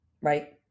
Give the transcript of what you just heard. right